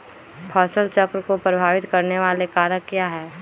फसल चक्र को प्रभावित करने वाले कारक क्या है?